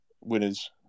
winners